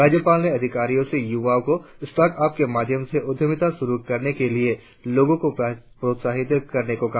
राज्यपाल ने अधिकारियों से युवाओं को स्टार्टअप के माध्यम से उद्यमिता शुरु करने के लिए लोगों को प्रोत्साहित करने को कहा